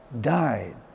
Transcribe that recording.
died